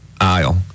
aisle